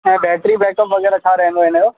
ऐं battery backup वग़ैरह छा रहंदो इन जो